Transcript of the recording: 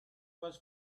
was